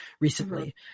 recently